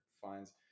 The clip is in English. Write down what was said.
finds